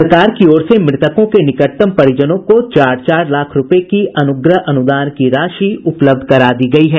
सरकार की ओर से मृतकों के निकटतम परिजनों को चार चार लाख रूपये की अनुग्रह अनुदान की राशि उपलब्ध करा दी गयी है